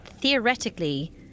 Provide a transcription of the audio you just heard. theoretically